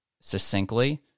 succinctly